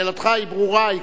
שאלתך היא ברורה,